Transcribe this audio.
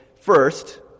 first